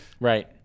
right